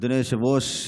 אדוני היושב-ראש,